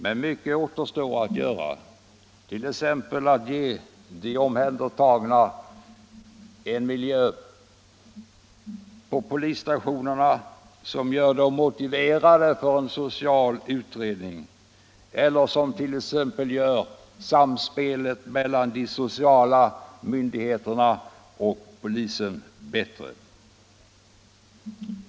Men mycket återstår att göra, t.ex. att ge de omhändertagna en miljö på polisstationerna som gör dem motiverade för en social utredning eller som exempelvis gör samspelet mellan de sociala myndigheterna och polisen bättre.